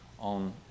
on